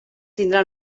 tindrà